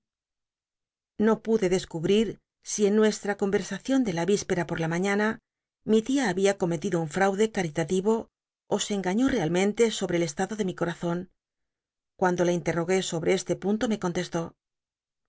no pude descubrir si en nuestm convcrsacion de la vispcra por la maiíana mi tia babia cometido un fraudc ca rilativo ó se engaiíó realmente sobre el estado de mi corazon cuando la interrogué sobre este punlo me contestó